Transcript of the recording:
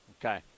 Okay